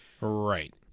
right